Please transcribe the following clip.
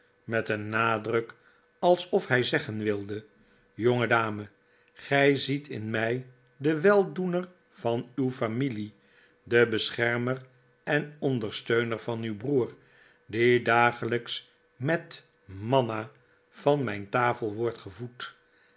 met een nadnik alsof hij zeggen wilde jongedame gij ziet in mij den weldoener van uw familie den beschermer en ondersteuner van uw broer die dagelijks met manna van mijn tafel wordt gevoed